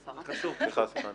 סיפורים